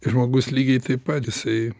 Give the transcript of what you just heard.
žmogus lygiai taip pat jisai